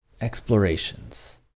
explorations